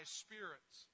spirits